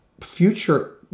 future